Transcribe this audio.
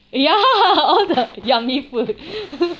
ya all the yummy food